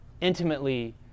intimately